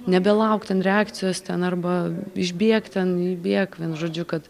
nebelauk ten reakcijos ten arba išbėk ten įbėk vienu žodžiu kad